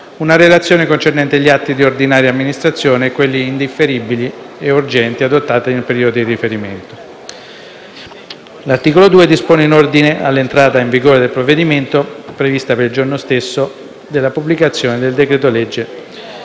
una relazione concernente gli atti di ordinaria amministrazione e quelli indifferibili e urgenti adottati nel periodo di riferimento. L'articolo 2 dispone in ordine all'entrata in vigore del provvedimento, prevista per il giorno stesso della pubblicazione del decreto-legge